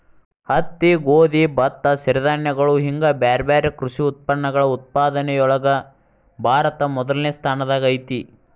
ಹತ್ತಿ, ಗೋಧಿ, ಭತ್ತ, ಸಿರಿಧಾನ್ಯಗಳು ಹಿಂಗ್ ಬ್ಯಾರ್ಬ್ಯಾರೇ ಕೃಷಿ ಉತ್ಪನ್ನಗಳ ಉತ್ಪಾದನೆಯೊಳಗ ಭಾರತ ಮೊದಲ್ನೇ ಸ್ಥಾನದಾಗ ಐತಿ